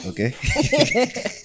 okay